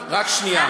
רק שנייה.